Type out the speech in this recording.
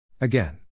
Again